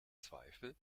zweifel